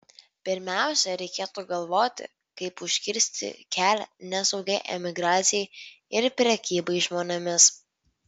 pirmiausia reikėtų galvoti kaip užkirsti kelią nesaugiai emigracijai ir prekybai žmonėmis